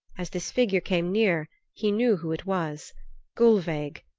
as this figure came near he knew who it was gulveig,